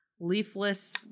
leafless